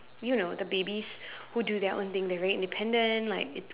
you know the babies who do their own thing they're very independent like it